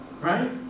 Right